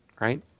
right